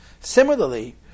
Similarly